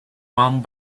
one